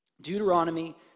Deuteronomy